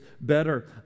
better